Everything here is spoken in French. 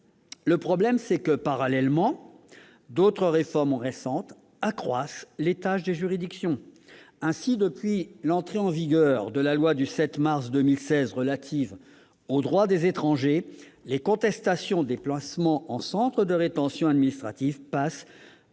sans juge. Mais, parallèlement, d'autres réformes récentes accroissent les tâches des juridictions. Ainsi, depuis l'entrée en vigueur de la loi du 7 mars 2016 relative au droit des étrangers, les contestations des placements en centre de rétention administrative passent